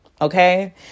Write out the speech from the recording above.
Okay